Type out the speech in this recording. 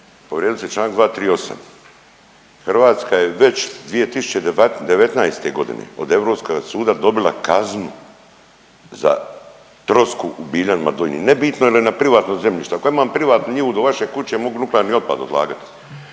Povrijedili ste čl. 238. Hrvatska je već 2019.g. od europskog suda dobila kaznu za trosku u Biljanima Donjima, nebitno jel je na privatnom zemljištu, ako ja imam privatnu njivu do vaše kuće mogu nuklearni otpad odlagat.